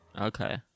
okay